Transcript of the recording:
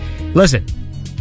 Listen